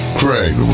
craig